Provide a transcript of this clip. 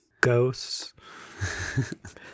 ghosts